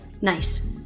Nice